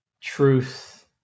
truth